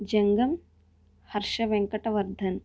Jangam Harsha Venkata Vardhan